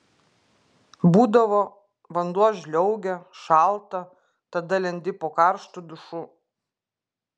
būdavo vanduo žliaugia šalta tada lendi po karštu dušu